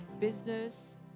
business